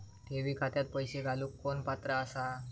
ठेवी खात्यात पैसे घालूक कोण पात्र आसा?